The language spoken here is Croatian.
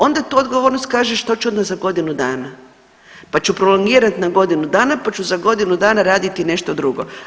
Onda tu odgovornost kažeš to ću onda za godinu dana, pa ću prolongirati na godinu dana, pa ću za godinu dana raditi nešto drugo.